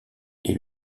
est